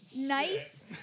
Nice